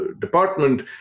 department